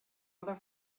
other